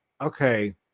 okay